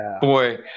Boy